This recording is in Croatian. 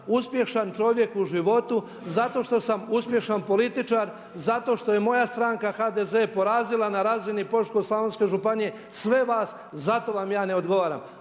uspješan čovjek u životu, zato što sam uspješan političar, zato što je moja stranke HDZ porazila na razini Požeško-slavonske županije sve vas zato vam ja ne odgovaram.